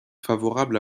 favorable